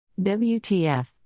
WTF